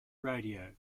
radio